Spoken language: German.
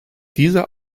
dieser